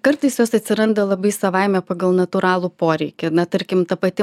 kartais jos atsiranda labai savaime pagal natūralų poreikį na tarkim ta pati